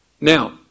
Now